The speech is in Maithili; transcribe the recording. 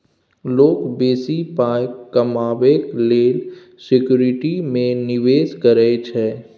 लोक बेसी पाइ कमेबाक लेल सिक्युरिटी मे निबेश करै छै